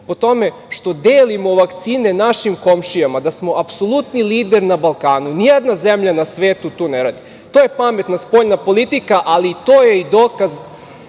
po tome što delimo vakcine našim komšijama da smo apsolutni lider na Balkanu. Nijedna zemlja na svetu to ne radi. To je pametna spoljna politika, ali to je i dokaz